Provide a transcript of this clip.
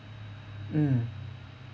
mm